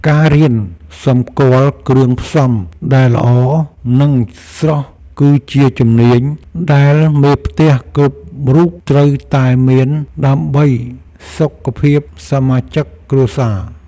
ការរៀនសម្គាល់គ្រឿងផ្សំដែលល្អ និងស្រស់គឺជាជំនាញដែលមេផ្ទះគ្រប់រូបត្រូវតែមានដើម្បីសុខភាពសមាជិកគ្រួសារ។